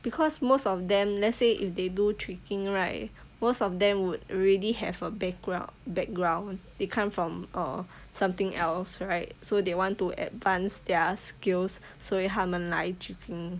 because most of them let's say if they do tricking right most of them would already have a background background they come from or something else right so they want to advance their skills 所以他们来 tricking